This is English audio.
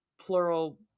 plural